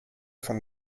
von